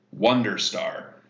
Wonderstar